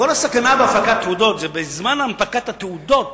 כל הסכנה בהפקת תעודות היא בזמן הנפקת התעודות.